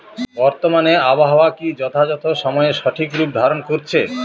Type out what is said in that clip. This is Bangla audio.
বর্তমানে আবহাওয়া কি যথাযথ সময়ে সঠিক রূপ ধারণ করছে?